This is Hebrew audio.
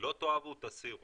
לא תאהבו תסירו.